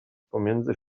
pomiędzy